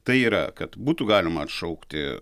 tai yra kad būtų galima atšaukti